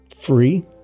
free